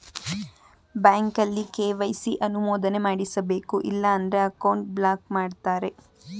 ಬ್ಯಾಂಕಲ್ಲಿ ಕೆ.ವೈ.ಸಿ ಅನುಮೋದನೆ ಮಾಡಿಸಬೇಕು ಇಲ್ಲ ಅಂದ್ರೆ ಅಕೌಂಟ್ ಬ್ಲಾಕ್ ಮಾಡ್ತಾರೆ